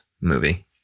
movie